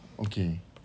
okay